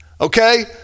okay